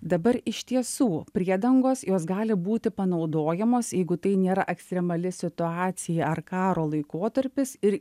dabar iš tiesų priedangos jos gali būti panaudojamos jeigu tai nėra ekstremali situacija ar karo laikotarpis ir